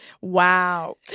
Wow